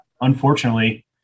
unfortunately